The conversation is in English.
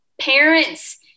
parents